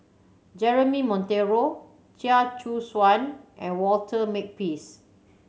Jeremy Monteiro Chia Choo Suan and Walter Makepeace